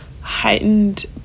heightened